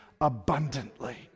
abundantly